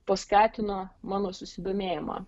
paskatino mano susidomėjimą